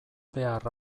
behar